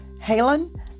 Halen